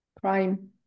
crime